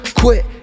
quit